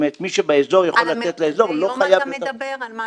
זאת אומרת מי שבאזור יכול לצאת לאזור,